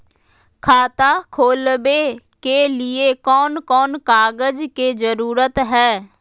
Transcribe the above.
खाता खोलवे के लिए कौन कौन कागज के जरूरत है?